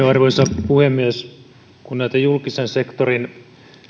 arvoisa puhemies kun näitä julkisen sektorin